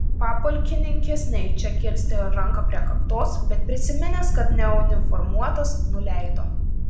papulkininkis nejučia kilstelėjo ranką prie kaktos bet prisiminęs kad neuniformuotas nuleido